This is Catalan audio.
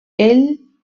ell